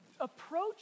approach